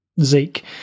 Zeke